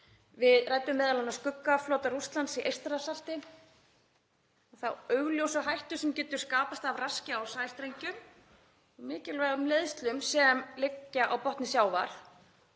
Við ræddum m.a. skuggaflota Rússlands í Eystrasalti og þá augljósu hættu sem getur skapast af raski á sæstrengjum, mikilvægum leiðslum sem liggja á botni sjávar.